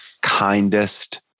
kindest